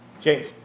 James